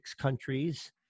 countries